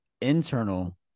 internal